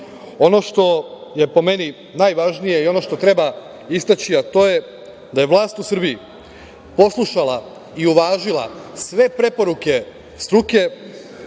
što je po meni najvažnije i ono što treba istaći, a to je da je vlast u Srbiji poslušala i uvažila sve preporuke struke